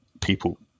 people